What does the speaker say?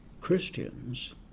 Christians